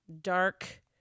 dark